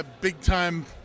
big-time